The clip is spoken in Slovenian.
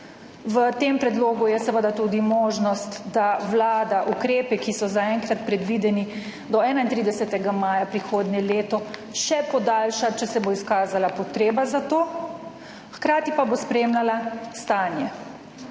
V tem predlogu je seveda tudi možnost, da vlada ukrepe, ki so zaenkrat predvideni do 31. maja prihodnje leto, še podaljša, če se bo izkazala potreba za to, hkrati pa bo spremljala stanje.